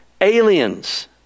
Aliens